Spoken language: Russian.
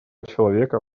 человека